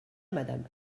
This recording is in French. madame